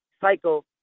cycle